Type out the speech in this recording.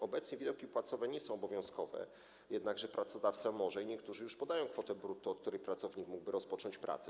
Obecnie widełki płacowe nie są obowiązkowe, jednakże pracodawca może podać i niektórzy już podają kwotę brutto, od której pracownik mógłby rozpocząć pracę.